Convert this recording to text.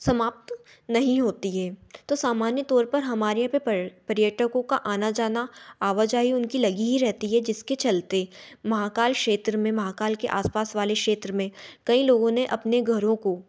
समाप्त नही होती है तो सामान्य तौर पर हमारे यहाँ पर पर पर्यटकों का आना जाना आवाजाही उनकी लगी ही रहती है जिसके चलते महाकाल क्षेत्र में महाकाल के आस पास वाले क्षेत्र में कई लोगों ने अपने घरों को